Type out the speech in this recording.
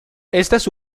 estas